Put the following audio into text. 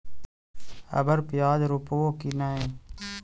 अबर प्याज रोप्बो की नय?